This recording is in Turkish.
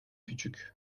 küçük